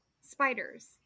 Spiders